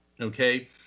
okay